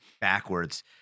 backwards